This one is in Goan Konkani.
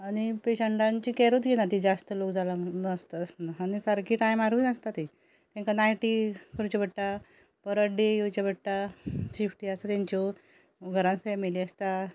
आनी पेशंटाची केरूच घेयना ती जास्त लोक जाला जाला आसता आसतना सारकी टायमारूय नासता ती तांकां नायटी करच्यो पडटा परत डे येवच्यो पडटा शिफ्टी आसता तांच्यो फॅमिली आसता